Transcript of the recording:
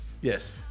Yes